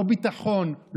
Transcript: לא ביטחון,